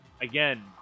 again